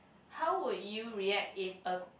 how would you react if a